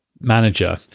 manager